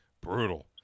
Brutal